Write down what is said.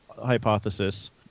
hypothesis